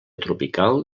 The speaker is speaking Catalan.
tropical